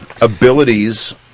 abilities